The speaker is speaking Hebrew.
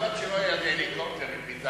חבל שלא היה לי הליקופטר עם מיטה